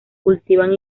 cultivan